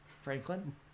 Franklin